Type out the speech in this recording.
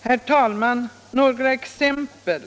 Herr talman! Några exempel